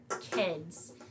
kids